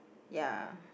ya